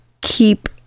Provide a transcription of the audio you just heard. keep